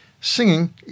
singing